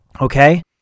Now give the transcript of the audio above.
Okay